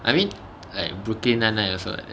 I mean like brooklyn nine nine 也是 [what]